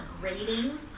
grading